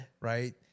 right